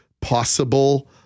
possible